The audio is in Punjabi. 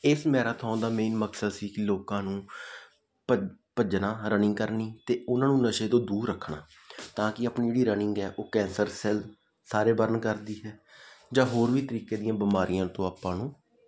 ਇਸ ਮੈਰਾਥੋਨ ਦਾ ਮੇਨ ਮਕਸਦ ਸੀ ਕਿ ਲੋਕਾਂ ਨੂੰ ਭੱ ਭੱਜਣਾ ਰਨਿੰਗ ਕਰਨੀ ਅਤੇ ਉਹਨਾਂ ਨੂੰ ਨਸ਼ੇ ਤੋਂ ਦੂਰ ਰੱਖਣਾ ਤਾਂ ਕਿ ਆਪਣੀ ਜਿਹੜੀ ਰਨਿੰਗ ਹੈ ਉਹ ਕੈਂਸਰ ਸੈੱਲ ਸਾਰੇ ਬਰਨ ਕਰਦੀ ਹੈ ਜਾਂ ਹੋਰ ਵੀ ਤਰੀਕੇ ਦੀਆਂ ਬਿਮਾਰੀਆਂ ਤੋਂ ਆਪਾਂ ਨੂੰ